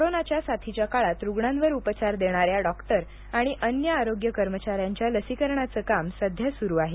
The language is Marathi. कोरोनाच्या साथीच्या काळात रुग्णांवर उपचार देणाऱ्या डॉक्टर आणि अन्य आरोग्य कर्मचाऱ्यांच्या लसीकरणाचं काम सध्या सुरू आहे